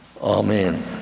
Amen